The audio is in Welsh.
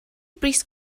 bris